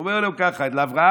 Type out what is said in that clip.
הוא אומר לו כך: לאברהם,